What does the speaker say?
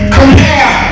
compare